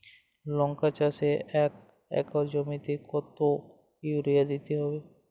লংকা চাষে এক একর জমিতে কতো ইউরিয়া দিতে হবে?